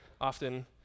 often